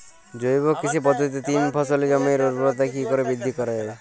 জৈব কৃষি পদ্ধতিতে তিন ফসলী জমির ঊর্বরতা কি করে বৃদ্ধি করা য়ায়?